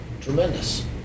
tremendous